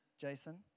Jason